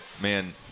man